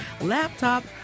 laptop